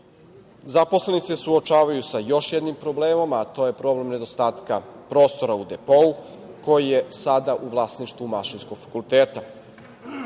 se suočavaju sa još jednom problemom, a to je problem nedostatka prostora u depou, koji je sada u vlasništvu Mašinskog fakulteta. Ukazaću,